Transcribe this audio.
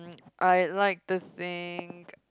I like to think